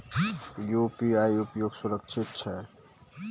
UPI उपयोग सुरक्षित छै?